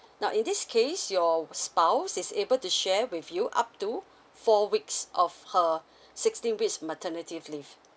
now in this case your spouse is able to share with you up to four weeks of her sixteen weeks maternity leave